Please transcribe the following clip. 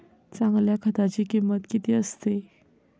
चांगल्या खताची किंमत किती असते?